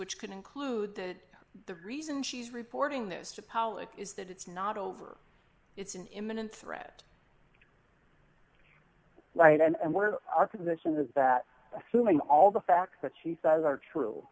which could include that the reason she's reporting this apology is that it's not over it's an imminent threat right and we're our position is that assuming all the facts that she says are true